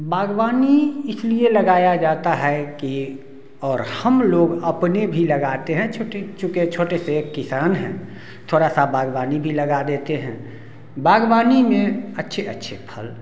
बागवानी इसलिए लगाया जाता है कि और हम लोग अपने भी लगाते हैं छोटी चुके छोटे से एक किसान है थोड़ा सा बागवानी भी लगा देते हैं बागवानी में अच्छे अच्छे फल